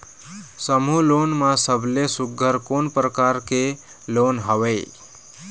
समूह लोन मा सबले सुघ्घर कोन प्रकार के लोन हवेए?